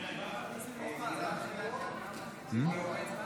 אדוני היושב-ראש, כנסת